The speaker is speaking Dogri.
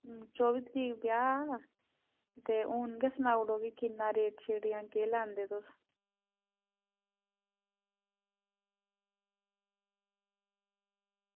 चौबी तरीक ब्याह् ते हून गै सनाई ओड़ो की किन्ना रेट केह् लैंदे तुस